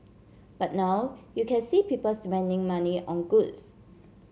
but now you can see people spending money on goods